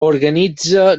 organitza